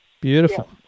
Beautiful